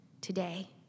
today